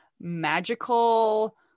magical